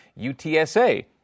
UTSA